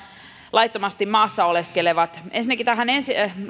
laittomasti maassa oleskelevat ensinnäkin